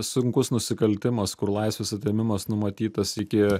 sunkus nusikaltimas kur laisvės atėmimas numatytas iki